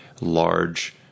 large